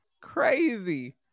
Crazy